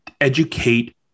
educate